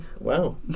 Wow